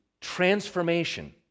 transformation